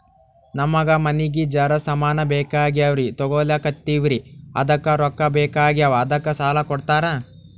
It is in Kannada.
ನಮಗ ಮನಿಗಿ ಜರ ಸಾಮಾನ ಬೇಕಾಗ್ಯಾವ್ರೀ ತೊಗೊಲತ್ತೀವ್ರಿ ಅದಕ್ಕ ರೊಕ್ಕ ಬೆಕಾಗ್ಯಾವ ಅದಕ್ಕ ಸಾಲ ಕೊಡ್ತಾರ?